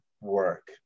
work